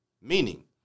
Meaning